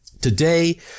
Today